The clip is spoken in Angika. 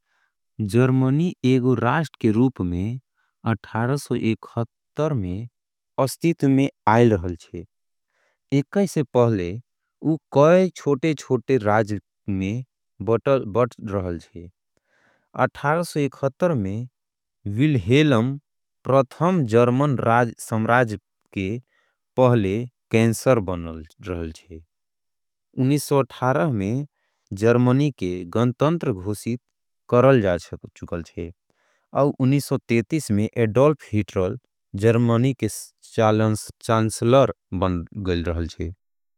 जर्मनी एक गो राष्ट्र के रूप में अठारह सौ इक्खटर में आए। रहल छे एकर से पहले ओ कई छोटे छोटे राज्य में बटाल। रहे छे एकर से पहले वो अठारह सौ इक्खटर में विल। हेलम प्रथम सम्राट रहल छे और उन्नीस सौ इक्खटर में। एडॉल्फ हिटलर जर्मनी के चांसलर बन जा चुकल रहल छे।